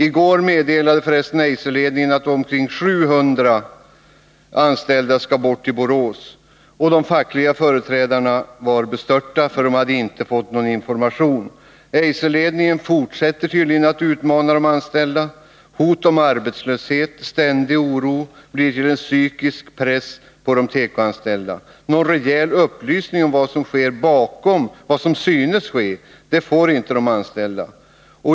I går meddelade Eiserledningen att omkring 700 anställda skall bort i Borås. De fackliga företrädarna var bestörta, för de hade inte fått någon information. Eiserledningen fortsatte tydligen att utmana de anställda. Hot om arbetslöshet, ständig oro blir till en psykisk press på de tekoanställda. Någon rejäl upplysning om vad som sker bakom det som synes ske får inte de anställda.